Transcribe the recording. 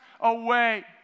away